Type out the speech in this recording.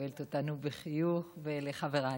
שמקבלת אותנו בחיוך, ולחבריי.